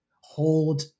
Hold